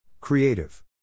Creative